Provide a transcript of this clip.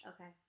okay